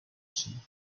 team